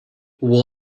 who